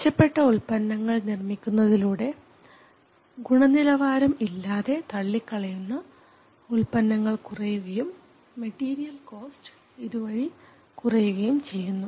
മെച്ചപ്പെട്ട ഉൽപ്പന്നങ്ങൾ നിർമ്മിക്കുന്നതിലൂടെ ഗുണനിലവാരം ഇല്ലാതെ തള്ളിക്കളയുന്ന ഉൽപ്പന്നങ്ങൾ കുറയുകയും മെറ്റീരിയൽ കോസ്റ്റ് ഇതുവഴി കുറയുകയും ചെയ്യുന്നു